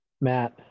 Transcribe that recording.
Matt